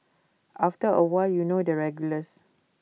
after A while you know the regulars